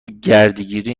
گردگیری